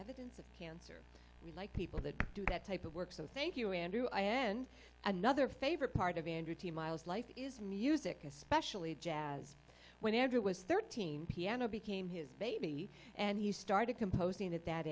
evidence of cancer we like people that do that type of work so thank you andrew i end another favorite part of vanity miles life is music especially jazz when andrew was thirteen piano became his baby and he started composing at that